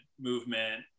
movement